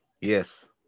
Yes